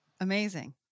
Amazing